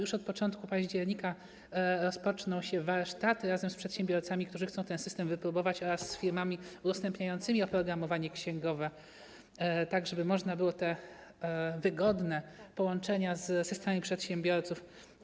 Już na początku października rozpoczną się warsztaty z przedsiębiorcami, którzy chcą ten system wypróbować, oraz z firmami udostępniającymi oprogramowanie księgowe, tak żeby można było jak najszybciej wdrożyć te wygodne połączenia z systemami przedsiębiorców.